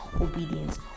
obedience